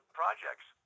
projects